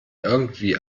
irgendwie